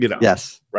Yes